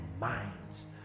minds